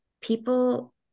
people